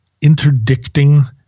interdicting